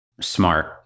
Smart